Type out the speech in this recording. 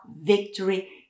victory